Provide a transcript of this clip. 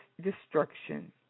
destruction